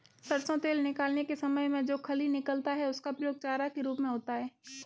सरसों तेल निकालने के समय में जो खली निकलता है उसका प्रयोग चारा के रूप में होता है